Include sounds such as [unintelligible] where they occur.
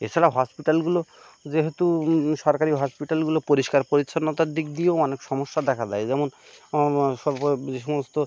এছাড়া হসপিটালগুলো যেহেতু সরকারি হসপিটালগুলো পরিষ্কার পরিচ্ছন্নতার দিক দিয়েও অনেক সমস্যা দেখা দেয় যেমন [unintelligible] যে সমস্ত